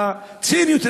בציניות,